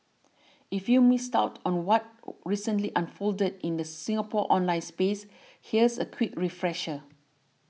if you've missed out on what recently unfolded in the Singapore online space here's a quick refresher